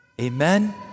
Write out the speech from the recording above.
Amen